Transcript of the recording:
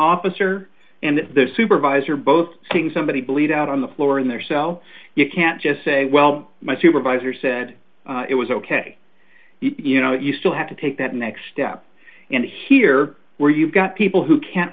officer and their supervisor both seeing somebody bleed out on the floor in their cell you can't just say well my supervisor said it was ok you know you still have to take that next step and here where you've got people who can't